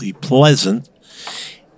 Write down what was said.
pleasant